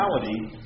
reality